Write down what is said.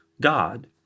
God